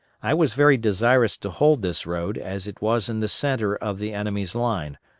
i was very desirous to hold this road, as it was in the centre of the enemy's line,